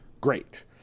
Great